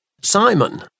Simon